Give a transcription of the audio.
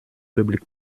public